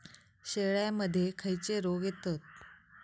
शेळ्यामध्ये खैचे रोग येतत?